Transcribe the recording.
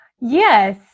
Yes